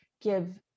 give